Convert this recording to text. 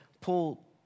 Paul